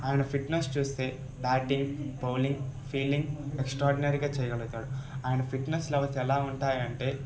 అయన ఫిట్నెస్ చూస్తే batting bowling fielding ఎక్సట్రార్డినరీగా చేయగలుగుతాడు అయన ఫిట్నెస్ లెవెల్స్ ఎలా ఉంటాయంటే